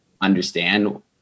understand